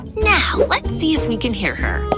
now let's see if we can hear her.